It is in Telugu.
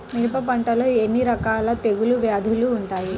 మిరప పంటలో ఎన్ని రకాల తెగులు వ్యాధులు వుంటాయి?